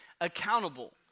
accountable